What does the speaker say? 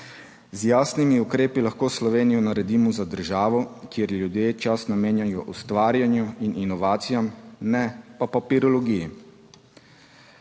Z jasnimi ukrepi lahko Slovenijo naredimo za državo, kjer ljudje čas namenjajo ustvarjanju in inovacijam, ne pa papirologiji.